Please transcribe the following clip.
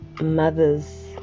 mothers